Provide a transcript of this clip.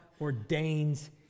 ordains